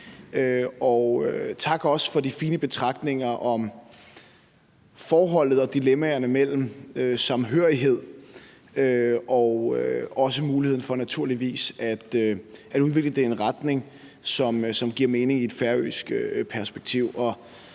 Og også tak for de fine betragtninger om forholdet og dilemmaerne mellem samhørighed og naturligvis også muligheden for at udvikle det i en retning, som giver mening i et færøsk perspektiv.